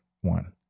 one